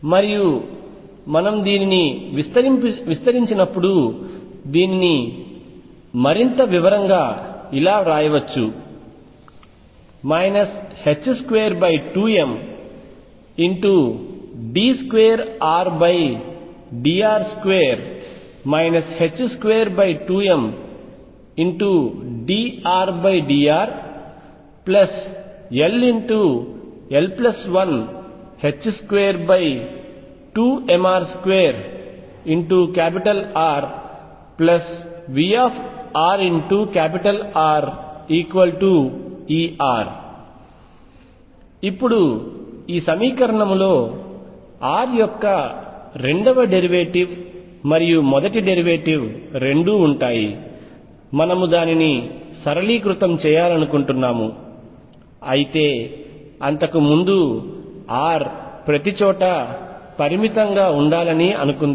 మరియు మనము దీనిని విస్తరించినప్పుడు దీనిని మరింత వివరంగా ఇలా వ్రాయవచ్చు 22md2Rdr2 22mdRdrll122mr2RVrRER ఇప్పుడు ఈ సమీకరణంలో r యొక్క రెండవ డెరివేటివ్ మరియు మొదటి డెరివేటివ్ రెండూ ఉంటాయి మనము దానిని సరళీకృతం చేయాలనుకుంటున్నాము అయితే అంతకు ముందు R ప్రతిచోటా పరిమితంగా ఉండాలని అనుకుందాం